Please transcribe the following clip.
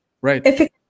right